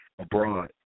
abroad